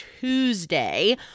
Tuesday